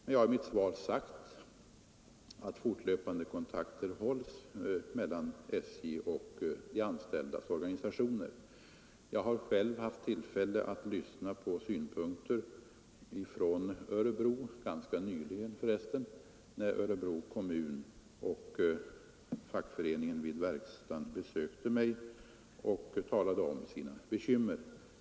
Som jag i mitt svar sagt hålls fortlöpande kontakter mellan SJ och de anställdas organisationer. Jag har ganska nyligen haft tillfälle att ta del av de synpunkter man har i Örebro, när representanter för Örebro kommun och fackföreningen vid verkstaden besökte mig och talade om sina bekymmer.